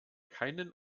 keinen